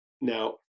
Now